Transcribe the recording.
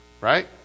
right